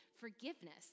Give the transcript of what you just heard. forgiveness